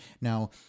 now